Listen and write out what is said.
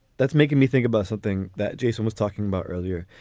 that's making me think about something that jason was talking about earlier.